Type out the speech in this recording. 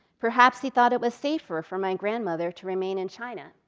perhaps he thought it was safer for my grandmother to remain in china.